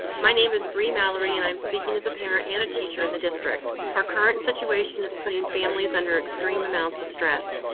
my name is bri mallory and i'm speaking as a parent and a teacher in the district. our current situation is putting families under extreme amounts of stress.